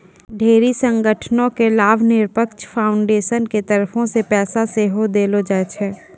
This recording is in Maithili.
ढेरी संगठनो के लाभनिरपेक्ष फाउन्डेसन के तरफो से पैसा सेहो देलो जाय छै